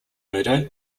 murder